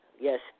yes